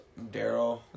Daryl